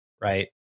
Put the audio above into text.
Right